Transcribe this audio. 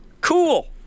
cool